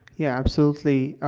yeah, absolutely.